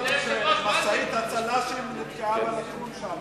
משאית הצל"שים נתקעה בלטרון שם,